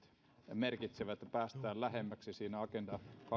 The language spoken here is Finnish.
merkitsevät että päästään lähemmäksi agenda